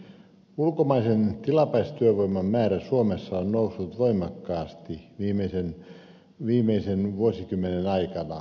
ulkomaisen tilapäistyövoiman määrä suomessa on noussut voimakkaasti viimeisen vuosikymmenen aikana